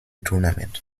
tournament